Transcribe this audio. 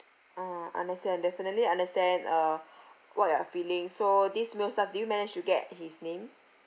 ah understand definitely I understand uh what are your feeling so this male staff did you manage to get his name